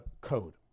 code